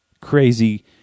crazy